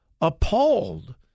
appalled